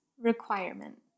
Requirement